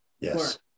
Yes